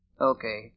Okay